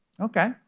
okay